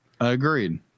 Agreed